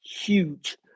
huge